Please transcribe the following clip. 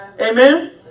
Amen